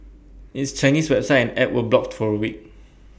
its Chinese website and app were blocked for A week